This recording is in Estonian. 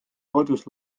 kodus